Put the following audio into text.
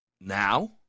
now